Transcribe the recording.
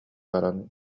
баран